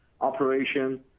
operation